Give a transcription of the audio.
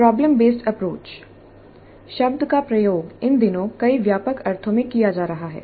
problem based approach शब्द का प्रयोग इन दिनों कई व्यापक अर्थों में किया जा रहा है